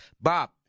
Bob